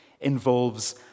involves